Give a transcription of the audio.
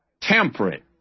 temperate